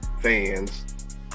fans